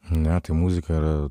ne tai muzika yra